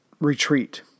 retreat